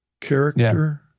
character